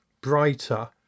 brighter